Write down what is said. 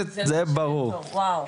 זה ברור,